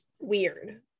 weird